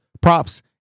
props